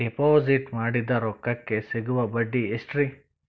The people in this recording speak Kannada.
ಡಿಪಾಜಿಟ್ ಮಾಡಿದ ರೊಕ್ಕಕೆ ಸಿಗುವ ಬಡ್ಡಿ ಎಷ್ಟ್ರೀ?